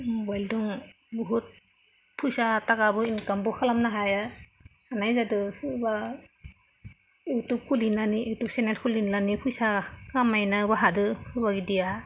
मबाइलजों बहुद फैसा थाखाबो इनकामबो खालामनो हायो हानाय जादों सोरबा इउटुब सेनेल खुलिनानै फैसा खामायनोबो हादों सोरबा बायदिया